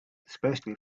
especially